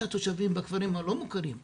התושבים המבוגרים בכפרים הלא מוכרים,